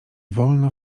wolno